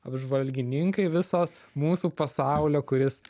apžvalgininkai visos mūsų pasaulio kuris